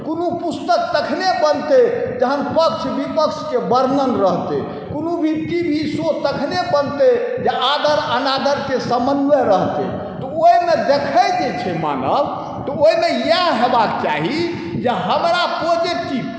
कोनो पुस्तक तखने बनतै जहन पक्ष विपक्षके वर्णन रहतै कोनो भी टी वी शो तखने बनतै जे आदर अनादरके समन्वय रहतै तऽ ओहिमे देखै जे छै मानव तऽ ओहिमे इएह होएबाक चाही जे हमरा पॉजिटिव